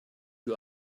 you